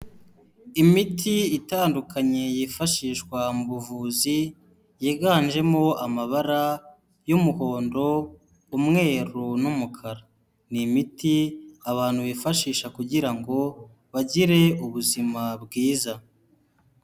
Imiti itandukanye yifashishwa mu buvuzi yiganjemo amabara y'umuhondo, umweru, n'umukara, ni imiti abantu bifashisha kugirango ngo bagire ubuzima bwiza.